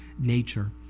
nature